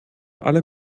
alle